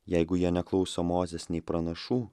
jeigu jie neklauso mozės nei pranašų